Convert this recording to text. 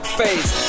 face